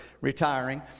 retiring